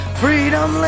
freedom